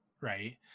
right